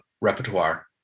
repertoire